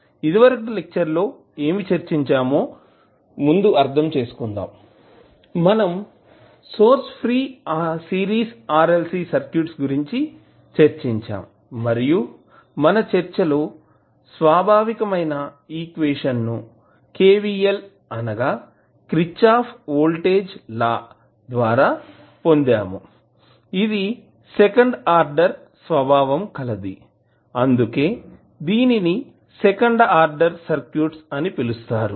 ఇదివరకటి లెక్చర్ ఏమి చర్చించామో ముందు అర్ధం చేసుకుందాం మనం source free series RLC circuit గురించి చర్చించాం మరియు మన చర్చలో స్వాభావికమైన ఈక్వేషన్ ను KVL అనగా Kirchhoff's voltage law Kirchhoff's voltage law ద్వారా పొందాము ఇది సెకండ్ ఆర్డర్ స్వభావం కలది అందుకే దీనిని సెకండ్ ఆర్డర్ సర్క్యూట్ అని పిలుస్తారు